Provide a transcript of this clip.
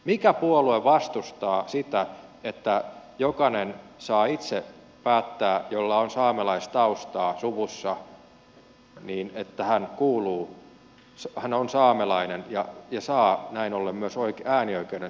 mikä puolue vastustaa sitä että jokainen jolla on saamelaistaustaa suvussa saa itse päättää että hän on saamelainen ja saa näin ollen myös äänioikeuden saamelaiskäräjävaaleissa